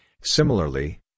Similarly